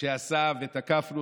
ועושים סגר,